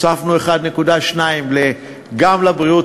הוספנו 1.2 גם לבריאות,